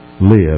Live